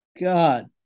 God